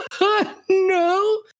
no